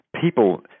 people